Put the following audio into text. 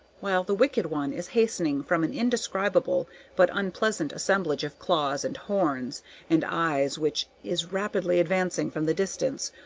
while the wicked one is hastening from an indescribable but unpleasant assemblage of claws and horns and eyes which is rapidly advancing from the distance,